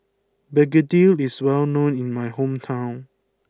Begedil is well known in my hometown